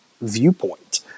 viewpoint